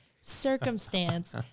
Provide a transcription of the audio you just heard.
circumstance